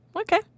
okay